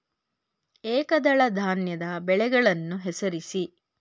ಏಕದಳ ಧಾನ್ಯದ ಬೆಳೆಗಳನ್ನು ಹೆಸರಿಸಿ?